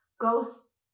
Ghosts